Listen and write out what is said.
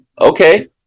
okay